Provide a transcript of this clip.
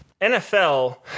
NFL